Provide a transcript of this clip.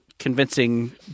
Convincing